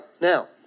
Now